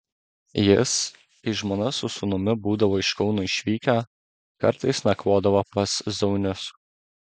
jis kai žmona su sūnumi būdavo iš kauno išvykę kartais nakvodavo pas zaunius